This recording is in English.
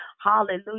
hallelujah